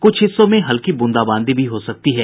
कुछ हिस्सों में हल्की ब्रंदाबांदी भी हो सकती है